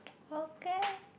okay